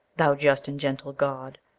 thou just and gentle god!